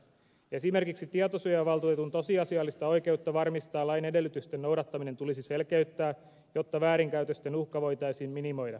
esimerkiksi tietosuojavaltuutetun tosiasiallista oikeutta varmistaa lain edellytysten noudattaminen tulisi selkeyttää jotta väärinkäytösten uhka voitaisiin minimoida